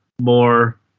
more